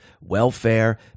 welfare